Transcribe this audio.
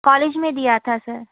college में दिया था सर